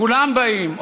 כולם באים.